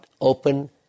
open